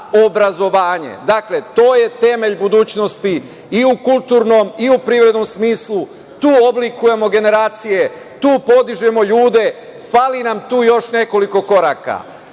obrazovanje. Dakle, to je temelj budućnosti i u kulturnom i u privrednom smislu. Tu oblikujemo generacije, tu podižemo ljude. Fali nam tu još nekoliko koraka. Sa